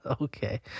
okay